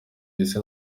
isi